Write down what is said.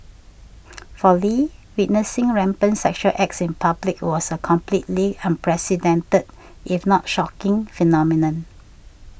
for Lee witnessing rampant sexual acts in public was a completely unprecedented if not shocking phenomenon